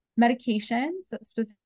Medications